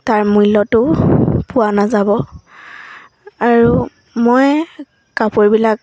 তাৰ মূল্যটো পোৱা নাযাব আৰু মই কাপোৰবিলাক